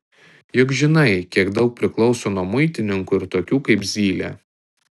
juk žinai kiek daug priklauso nuo muitininkų ir tokių kaip zylė